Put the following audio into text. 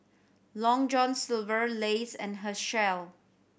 Long John Silver Lays and Herschel